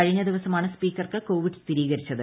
കഴിഞ്ഞ ദിവസമാണ് സ്പീക്കർക്ക് കോവിഡ് സ്ക്കിർീകരിച്ചത്